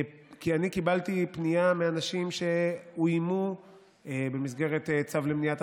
כי אני קיבלתי פנייה מאנשים שאוימו במסגרת צו למניעת